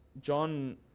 John